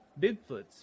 Bigfoots